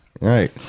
Right